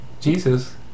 Jesus